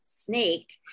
snake